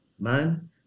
man